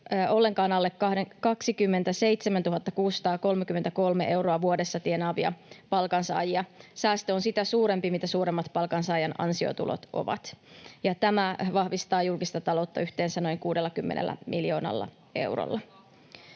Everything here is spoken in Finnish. ollenkaan alle 27 633 euroa vuodessa tienaavia palkansaajia. Säästö on sitä suurempi, mitä suuremmat palkansaajan ansiotulot ovat, ja tämä vahvistaa julkista taloutta yhteensä noin 60 miljoonalla eurolla.